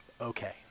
okay